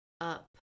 up